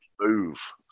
Move